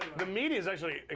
the media's actually,